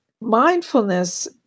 mindfulness